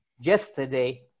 yesterday